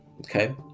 okay